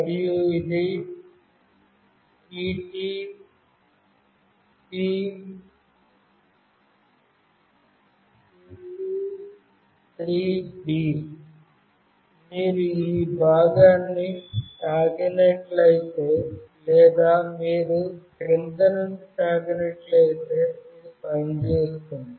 మరియు ఇది TTP223B మీరు ఈ భాగాన్ని తాకినట్లయితే లేదా మీరు క్రింద నుండి తాకినట్లయితే ఇది పని చేస్తుంది